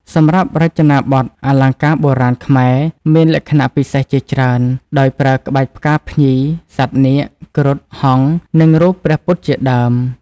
សម្រាប់រចនាបទអលង្ការបុរាណខ្មែរមានលក្ខណៈពិសេសជាច្រើន ដោយប្រើក្បាច់ផ្កាភ្ញី សត្វនាគ គ្រុឌ ហង្ស និងរូបព្រះពុទ្ធជាដើម។